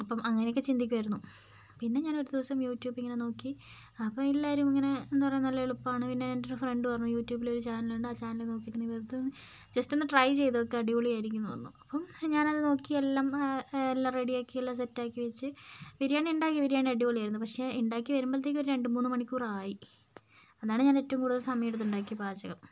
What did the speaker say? അപ്പം അങ്ങനെയൊക്കെ ചിന്തിക്കുമായിരുന്നു പിന്നെ ഞാനൊരു ദിവസം യൂട്യൂബിങ്ങനെ നോക്കി അപ്പോൾ എല്ലാരുമിങ്ങനെ എന്താ പറയുക നല്ല എളുപ്പാണ് പിന്നെ എൻ്റൊരു ഫ്രണ്ട് പറഞ്ഞു യൂട്യൂബിൽ ഒരു ചാനൽ ഉണ്ട് ആ ചാനല് നോക്കിയിട്ട് നീ വെറുതെ ഒന്ന് ജസ്റ്റ് ഒന്ന് ട്രൈ ചെയ്തു നോക്ക് അടിപൊളിയായിരിക്കും എന്ന് പറഞ്ഞു അപ്പം ഞാനത് നോക്കി എല്ലാം എല്ലാം റെഡിയാക്കി എല്ലാം സെറ്റാക്കി വെച്ച് ബിരിയാണി ഉണ്ടാക്കി ബിരിയാണി അടിപൊളിയായിരുന്നു പക്ഷേ ഉണ്ടാക്കി വരുമ്പോൾത്തേക്കും ഒരു രണ്ടുമൂന്ന് മണിക്കൂറായി അതാണ് ഞാൻ ഏറ്റവും കൂടുതൽ സമയമെടുത്ത് ഉണ്ടാക്കിയ പാചകം